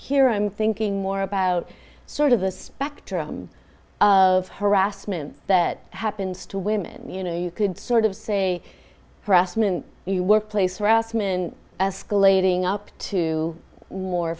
here i'm thinking more about sort of the spectrum of harassment that happens to women you know you could sort of say harassment you workplace harassment escalating up to more